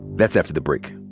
that's after the break.